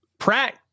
Pratt